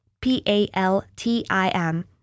P-A-L-T-I-M